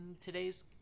today's